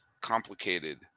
complicated